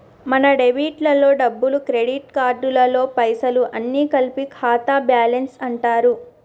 మన డెబిట్ లలో డబ్బులు క్రెడిట్ కార్డులలో పైసలు అన్ని కలిపి ఖాతా బ్యాలెన్స్ అంటారు